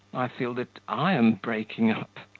i feel that i am breaking up.